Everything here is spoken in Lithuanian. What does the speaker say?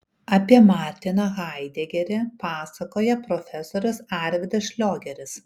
apie martiną haidegerį pasakoja profesorius arvydas šliogeris